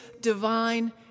divine